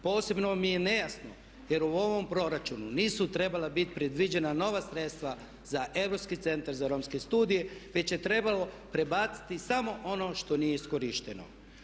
Posebno mi je nejasno jer u ovom proračunu nisu trebala biti predviđena nova sredstva za Europski centar za romske studije već je trebalo prebaciti samo ono što nije iskorišteno.